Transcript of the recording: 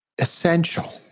essential